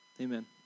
Amen